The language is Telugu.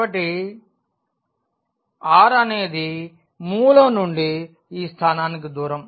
కాబట్టి r అనేది మూలం నుండి ఈ స్థానానికి దూరం